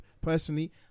personally